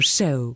Show